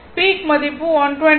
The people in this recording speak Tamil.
பீக் மதிப்பு 127